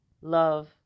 love